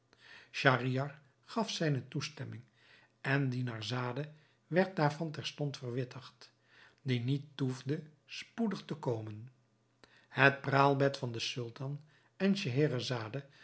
schahriar gaf zijne toestemming en dinarzade werd daarvan terstond verwittigd die niet toefde spoedig te komen het praalbed van den sultan en scheherazade